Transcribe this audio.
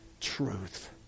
truth